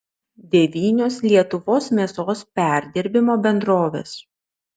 devynios lietuvos mėsos perdirbimo bendrovės